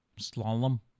Slalom